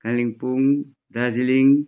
Kalimpong Darjeeling